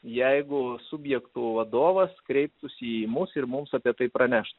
jeigu subjektų vadovas kreiptųsi į mus ir mums apie tai praneš